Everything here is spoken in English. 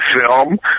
film